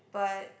but